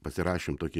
pasirašėm tokį